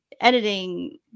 editing